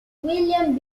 william